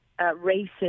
racist